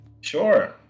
Sure